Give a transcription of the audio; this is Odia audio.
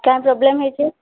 କ'ଣ ପ୍ରୋବ୍ଲେମ୍ ହୋଇଛି